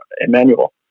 Emmanuel